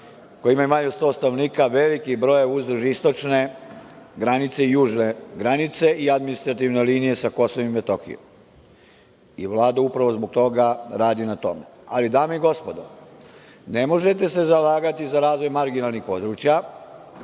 koja imaju manje od 100 stanovnika velikog broja uzduž istočne i južne granice i administrativne linije sa Kosovom i Metohijom. Vlada upravo zbog toga radi na tome. Ali, dame i gospodo, ne možete se zalagati za razvoj marginalnih područja